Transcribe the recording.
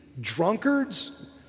drunkards